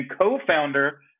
co-founder